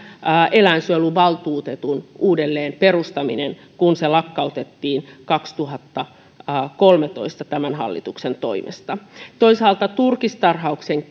eläinsuojeluvaltuutetun uudelleen perustaminen joka virka lakkautettiin kaksituhattakolmetoista tämän hallituksen toimesta toisaalta turkistarhauksen